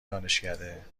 دانشکده